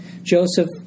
Joseph